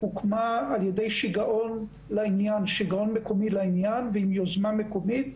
המרפאה הזאת הוקמה על ידי שיגעון מקומי לעניין ועם יוזמה מקומית.